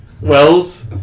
Wells